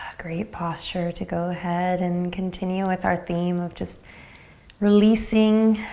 great posture to go ahead and continue with our theme of just releasing,